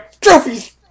trophies